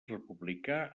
republicà